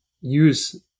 use